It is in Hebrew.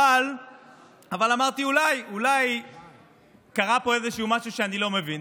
אבל אמרתי: אולי קרה פה איזה משהו שאני לא מבין.